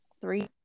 Three